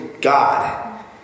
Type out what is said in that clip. God